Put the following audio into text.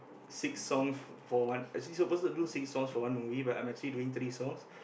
six songs for one actually suppose to do six songs for one movie but I'm actually doing three songs